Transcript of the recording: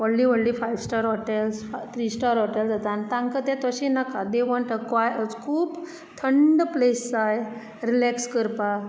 व्हडली व्हडली five star hotels three star hotels तांकां ते तशें नाका दे वॉन्ट अ कूल थंड प्लेस जाय रिलेक्स करपाक